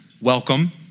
welcome